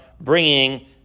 bringing